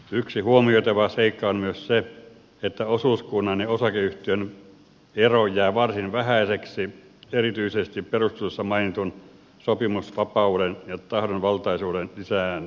yksi huomioitava seikka on myös se että osuuskunnan ja osakeyhtiön ero jää varsin vähäiseksi erityisesti perusteluissa mainitun sopimusvapauden ja tahdonvaltaisuuden lisäämisen myötä